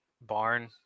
barn